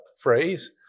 phrase